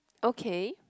okay